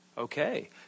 Okay